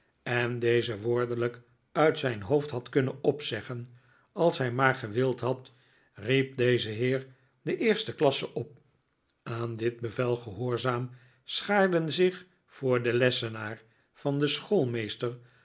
en deze woordelijk uit zijn hoofd had kunnen opzeggen als hij maar gewild had riep jieze heer de eerste klasse op aan dit bevel gehoorzaam schaarden zich voor den lessenaar van den